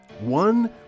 One